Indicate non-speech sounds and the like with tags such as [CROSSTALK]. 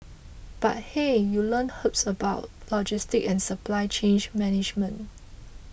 but hey you learn [UNINTELLIGIBLE] about logistics and supply chain management